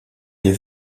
des